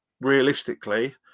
realistically